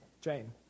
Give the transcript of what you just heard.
Jane